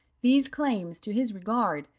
these claims to his regard,